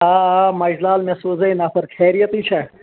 آ آ مَجہِ لال مےٚ سوزَے نَفَر خیریتٕے چھےٚ